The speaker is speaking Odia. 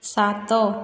ସାତ